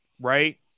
right